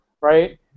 right